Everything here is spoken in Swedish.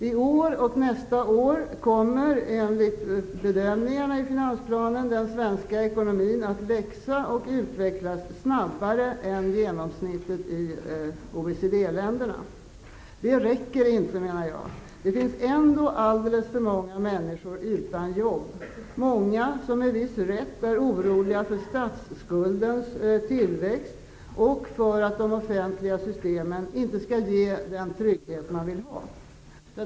I år och nästa år kommer enligt bedömningarna i finansplanen den svenska ekonomin att växa och utvecklas snabbare än genomsnittet i OECD länderna. Men det räcker inte, menar jag. Det finns ändå alldeles för många människor utan jobb, många som med viss rätt är oroliga för statsskuldens tillväxt och för att de offentliga systemen inte skall ge den trygghet man vill ha.